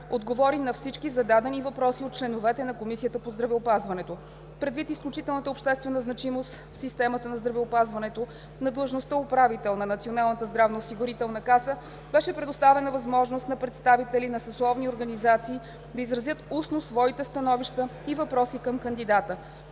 отговори на всички зададени въпроси от членовете на Комисията по здравеопазването. Предвид изключителната обществена значимост в системата на здравеопазването на длъжността „управител“ на Националната здравноосигурителна каса, беше предоставена възможност на представители на съсловните организации да изразят устно своите становища и въпроси към кандидата.